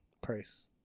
price